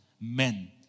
Men